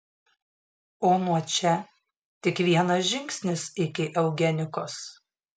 o nuo čia tik vienas žingsnis iki eugenikos